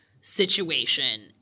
situation